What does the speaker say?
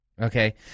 Okay